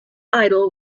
idle